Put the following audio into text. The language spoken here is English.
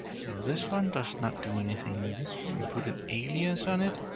so this one does not do anything, this one? you put an alias on it?